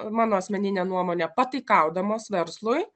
mano asmenine nuomone pataikaudamos verslui